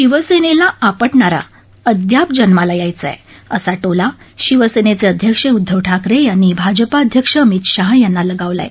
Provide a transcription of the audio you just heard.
शिवसेनेला आपटणारा अदयाप जन्माला यायचाय असा टोला शिवसेनेचे अध्यक्ष उद्दव ठाकरे यातीीभाजपा अध्यक्ष अमित शाह यात्तीलगावला आहे